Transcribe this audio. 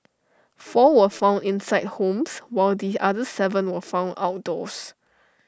four were found inside homes while the other Seven were found outdoors